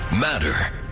matter